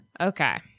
Okay